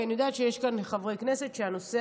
כי אני יודעת שיש כאן חברי כנסת שהנושא